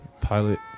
Pilot